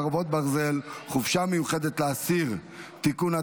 חרבות ברזל) (חופשה מיוחדת לאסיר) (תיקון),